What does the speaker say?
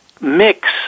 mix